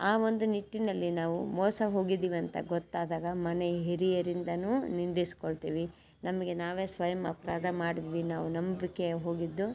ಆ ಒಂದು ನಿಟ್ಟಿನಲ್ಲಿ ನಾವು ಮೋಸ ಹೋಗಿದ್ದೀವಿ ಅಂತ ಗೊತ್ತಾದಾಗ ಮನೆ ಹಿರಿಯರಿಂದಾನೂ ನಿಂದಿಸ್ಕೊಳ್ತೀವಿ ನಮಗೆ ನಾವೇ ಸ್ವಯಮ್ ಅಪರಾಧ ಮಾಡಿದ್ವಿ ನಾವು ನಂಬಿಕೆ ಹೋಗಿದ್ದು